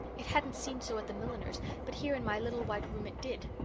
it hadn't seemed so at the milliner's but here in my little white room it did.